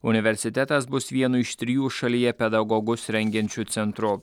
universitetas bus vienu iš trijų šalyje pedagogus rengiančių centru